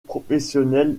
professionnel